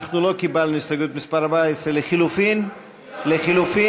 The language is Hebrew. לא קיבלנו את הסתייגות מס' 14. לחלופין, חברים?